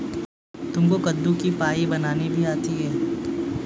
तुमको कद्दू की पाई बनानी भी आती है?